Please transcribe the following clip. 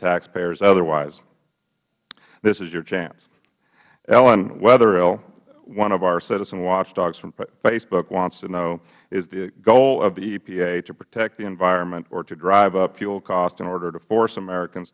taxpayers otherwise this is your chance ellen wetherill one of our citizen watchdogs from facebook wants to know is the goal of epa to protect the environment or to drive up fuel costs in order to force americans